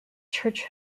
church